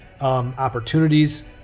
opportunities